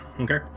Okay